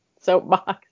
soapbox